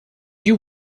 you